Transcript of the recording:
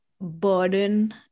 burden